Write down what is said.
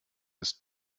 des